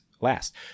last